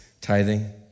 tithing